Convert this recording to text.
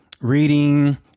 Reading